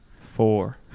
four